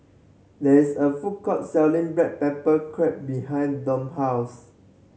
there is a food court selling black pepper crab behind Dom house